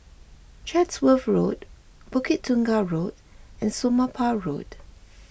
Chatsworth Road Bukit Tunggal Road and Somapah Road